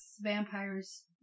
vampires